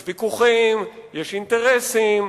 יש ויכוחים, יש אינטרסים,